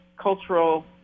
cultural